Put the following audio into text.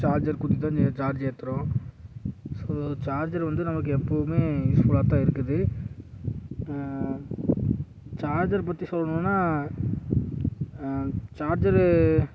charger குத்தி தான் charge ஏற்றுறோம் ஸோ சார்ஜர் வந்து நம்மளுக்கு எப்போவுமே யூஸ்ஃபுல்லாத்தான் இருக்குது சார்ஜர் பற்றி சொல்லணுன்னா சார்ஜரு